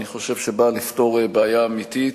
שאני חושב שבאה לפתור בעיה אמיתית,